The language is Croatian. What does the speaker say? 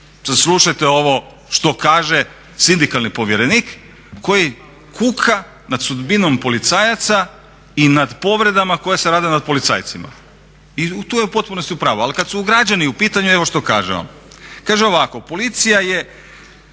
slušajte ovo što kaže sindikalni povjerenik koji kuka nad sudbinom policajaca i nad povredama koje se rade nad policajcima, i tu je u potpunosti u pravu, ali kad su građani u pitanju evo što kaže on: kaže ovako policija se